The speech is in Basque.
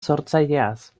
sortzaileaz